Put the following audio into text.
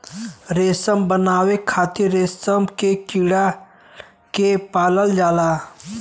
रेशम बनावे खातिर रेशम के कीड़ा के पालल जाला